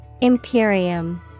Imperium